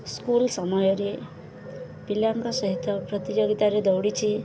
school ସମୟରେ ପିଲାଙ୍କ ସହିତ ପ୍ରତିଯୋଗିତାରେ ଦୌଡ଼ିଛି